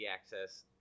access